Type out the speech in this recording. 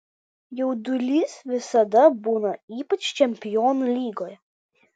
jaudulys visada būna ypač čempionų lygoje